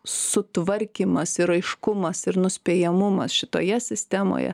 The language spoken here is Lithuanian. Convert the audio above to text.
sutvarkymas ir aiškumas ir nuspėjamumas šitoje sistemoje